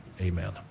Amen